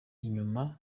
inyuma